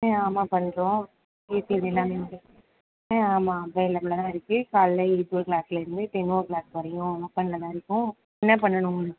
ம் ஆமாம் பண்ணுறோம் எல்லாமே ம் ஆமாம் அவைளபுல்லாகதான் இருக்குது காலையில் எயிட்டோ கிளாக்லேருந்து டென் ஓ கிளாக் வரையும் ஓப்பனில்தான் இருக்கும் என்ன பண்ணணும் உங்களுக்கு